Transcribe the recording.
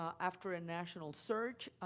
um after a national search.